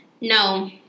No